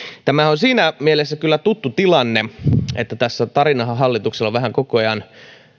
tämä on siinä mielessä kyllä tuttu tilanne että tarinahan hallituksella vähän koko ajan